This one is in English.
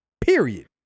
Period